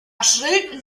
schrillten